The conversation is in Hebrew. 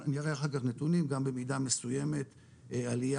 נראה אחר כך נתונים גם במידה מסויימת עליה